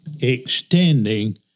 Extending